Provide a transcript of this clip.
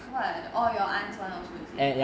what all your aunt's [one] also the same